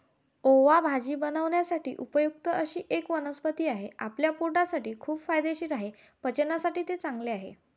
ओवा भाजी बनवण्यासाठी उपयुक्त अशी एक वनस्पती आहे, आपल्या पोटासाठी खूप फायदेशीर आहे, पचनासाठी ते चांगले आहे